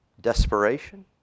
Desperation